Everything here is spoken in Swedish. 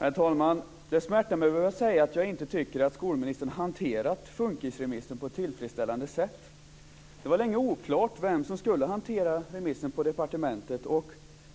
Herr talman! Det smärtar mig att behöva säga att jag inte tycker att skolministern hanterat FUNKIS remissen på ett tillfredsställande sätt. Det var länge oklart vem som skulle hantera remissen på departementet.